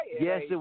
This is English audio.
yes